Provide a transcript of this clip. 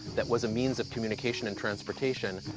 that was a means of communication and transportation,